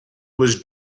was